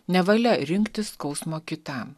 nevalia rinktis skausmo kitam